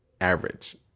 average